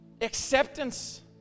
acceptance